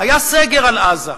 היה סגר על עזה.